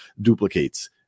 duplicates